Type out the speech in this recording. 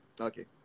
Okay